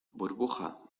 burbuja